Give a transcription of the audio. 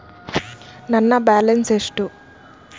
ನನ್ನ ಬ್ಯಾಲೆನ್ಸ್ ಎಷ್ಟು?